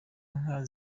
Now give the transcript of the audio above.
nka